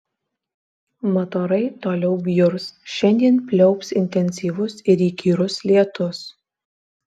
mat orai toliau bjurs šiandien pliaups intensyvus ir įkyrus lietus